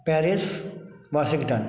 Paris Washington